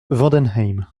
vendenheim